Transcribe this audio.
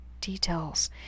details